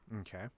Okay